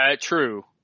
True